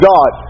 God